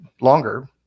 longer